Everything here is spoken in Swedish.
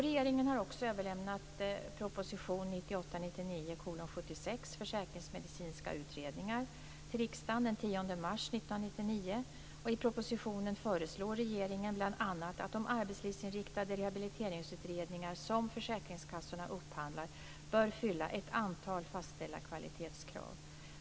Regeringen har också överlämnat proposition till riksdagen den 10 mars 1999. I propositionen föreslår regeringen bl.a. att de arbetslivsinriktade rehabiliteringsutredningar som försäkringskassorna upphandlar bör fylla ett antal fastställda kvalitetskrav.